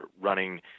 running